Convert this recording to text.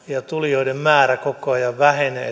ja tulijoiden määrä koko ajan vähenee